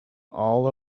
all